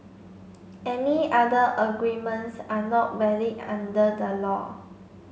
any other agreements are not valid under the law